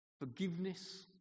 Forgiveness